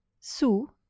Su